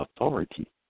authority